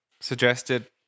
suggested